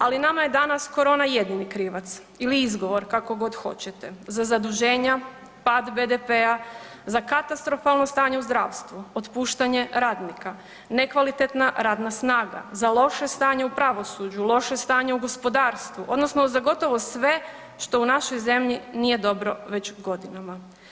Ali nama je danas korona jedini krivac ili izgovor kako god hoćete za zaduženja, pad BDP-a, za katastrofalno stanje u zdravstvu, otpuštanje radnika, nekvalitetna radna snaga, za loše stanje u pravosuđu, loše stanje u gospodarstvu odnosno za gotovo sve što u našoj zemlji nije dobro već godinama.